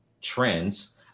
trends